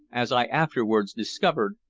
as i afterwards discovered,